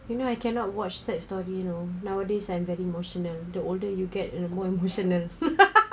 you know I cannot watch sad story you know nowadays I'm very emotional the older you get the more emotional